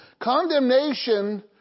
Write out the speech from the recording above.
Condemnation